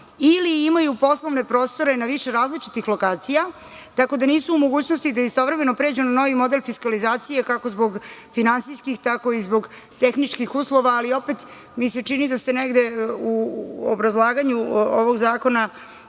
ili imaju poslovne prostore na više različitih lokacija, tako da nisu u mogućnosti da istovremeno pređu na novi model fiskalizacije kako zbog finansijskih, tako i zbog tehničkih uslova. Ali, opet mi se čini da ste negde u obrazlaganju ovog zakona